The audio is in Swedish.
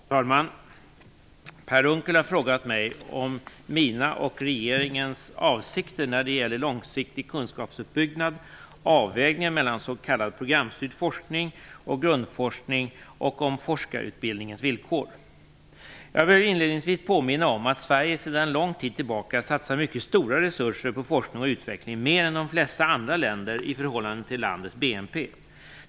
Fru talman! Per Unckel har frågat om mina och regeringens avsikter när det gäller långsiktig kunskapsuppbyggnad, avvägningen mellan s.k. programstyrd forskning och grundforskning och om forskarutbildningens villkor. Jag vill inledningsvis påminna om att Sverige sedan lång tid tillbaka satsar mycket stora resurser på forskning och utveckling, mer än de flesta andra länder i förhållande till landets BNP.